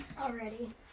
already